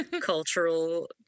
cultural